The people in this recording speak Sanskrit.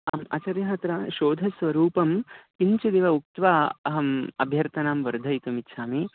आम् आचार्याः अत्र शोधस्वरूपं किञ्चिदिव उक्त्वा अहम् अभ्यर्थनं वर्धयितुमिच्छामि